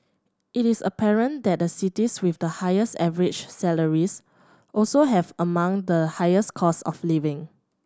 it is apparent that the cities with the highest average salaries also have among the highest cost of living